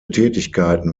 tätigkeiten